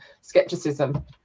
skepticism